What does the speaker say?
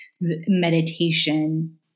meditation